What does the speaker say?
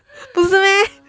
不是 meh